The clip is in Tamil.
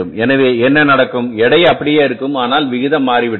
எனவே என்ன நடக்கும் எடை அப்படியே இருக்கும் ஆனால் விகிதம் மாறிவிட்டது